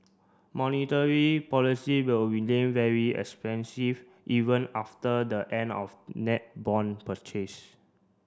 monetary policy will remain very expansive even after the end of net bond purchase